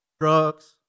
drugs